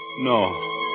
No